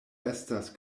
estas